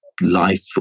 life